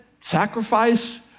sacrifice